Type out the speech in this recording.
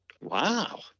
Wow